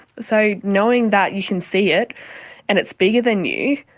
so knowing that you can see it and it's bigger than you,